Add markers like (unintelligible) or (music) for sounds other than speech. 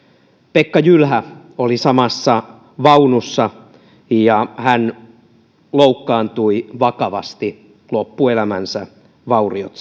pekka jylhä oli samassa vaunussa ja hän loukkaantui vakavasti sai loppuelämänsä vauriot (unintelligible)